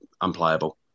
unplayable